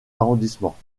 arrondissements